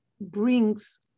brings